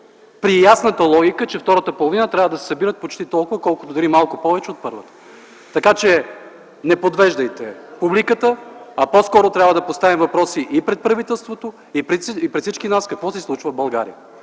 при ясната логика, че през втората половина трябва да се събират почти толкова, дори малко повече, отколкото през първата. Така че, не подвеждайте публиката, а по-скоро трябва да поставим въпроси и пред правителството, и пред всички нас какво се случва в България